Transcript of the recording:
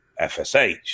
FSH